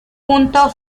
punto